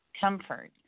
comfort